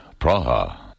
Praha